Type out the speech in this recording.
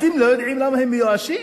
אתם לא יודעים למה הם מיואשים?